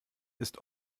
ist